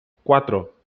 cuatro